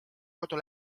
kodu